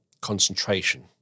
concentration